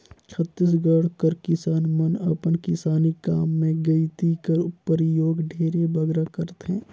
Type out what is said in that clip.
छत्तीसगढ़ कर किसान मन अपन किसानी काम मे गइती कर परियोग ढेरे बगरा करथे